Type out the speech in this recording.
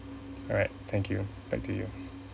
alright thank you back to you